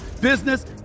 business